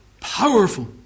powerful